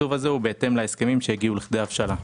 התקצוב הזה הוא בהתאם להסכמים שהגיעו לכדי הבשלה.